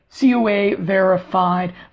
COA-verified